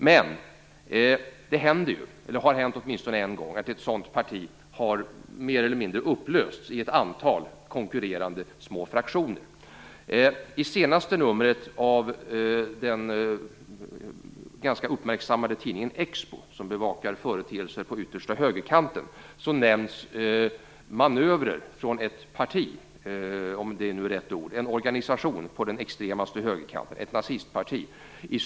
Men åtminstone en gång har det hänt att ett sådant parti mer eller mindre har upplösts i ett antal konkurrerande små fraktioner. I senaste numret av den ganska uppmärksammade tidningen Expo, som bevakar företeelser på yttersta högerkanten, nämns manövrer från en organisation på yttersta högerkanten, ett nazistparti.